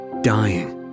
dying